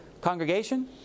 congregation